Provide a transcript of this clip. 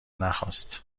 نخواست